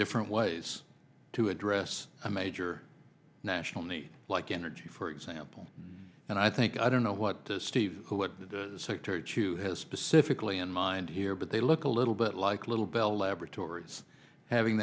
different ways to address a major national need like energy for example and i think i don't know what steve what secretary chu has specifically in mind here but they look a little bit like little bell laboratories having